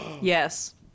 Yes